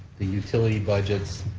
the utility budgets,